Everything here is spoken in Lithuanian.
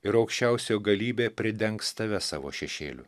ir aukščiausiojo galybė pridengs tave savo šešėliu